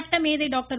சட்டமேதை டாக்டர்